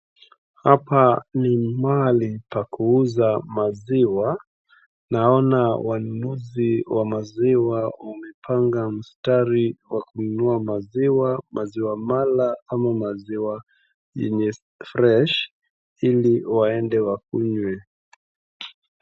Hapa ni mahali pa kuuza maziwa. Naona wanunuzi wa maziwa wamepanga msitari wa kununua maziwa ;maziwa mala ama maziwa yenye ni fresh hili waende wakunywe.